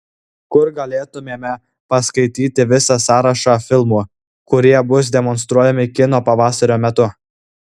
kur galėtumėme paskaityti visą sąrašą filmų kurie bus demonstruojami kino pavasario metu